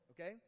okay